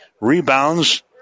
Rebounds